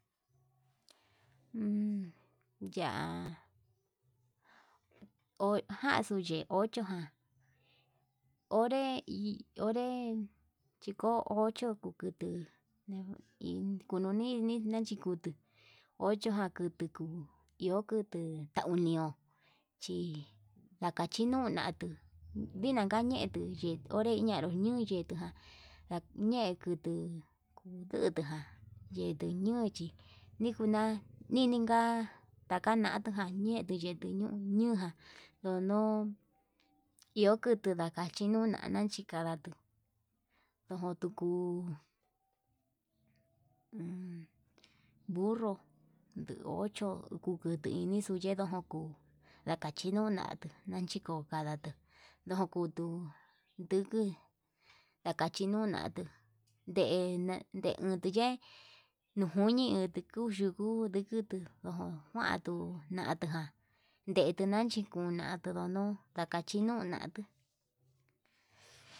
Ya'a jaxtuye ocho ján onre hi onre kicho ocho kukutu, nen kononini nan chikutu oyo ján kutuu kuu iho kutu tau ni'ó chi ndakachinuu natuu, dinaka ñetuu ñe onre ñaduu ñuu ñute ján ndañie kutuu kudutu ján, yenri ñochi nijuna nininka takañatujan ñetuu yetuu niñuu ñuján ono iho kutuu ndakachi ñiunana, nachi kandaro nojo tuku mmm burro nde ocho kukutu inixo yendon jonkuu nankachi nunatu nachiko kadatu, ndojontu nduku ndakachi no natu ndena ndenuu tuu yee noni iti kuu yuku ndikutu ujun kuando natujan ndentu nachi kuu nunatu nuu ndakachi no natuu.